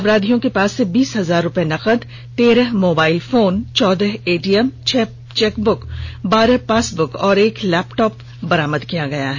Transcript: अपराधियों के पास से बीस हजार रूपये नगद तेरह मोबाईल फोन चौदह एटीएम छह चेकबुक बारह पासबुक और एक लैपटॉप बरामद किया गया है